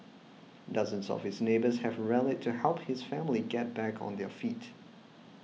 dozens of his neighbours have rallied to help his family get back on their feet